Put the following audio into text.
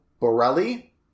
Borelli